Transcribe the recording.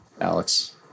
Alex